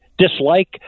Dislike